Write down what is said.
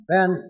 Ben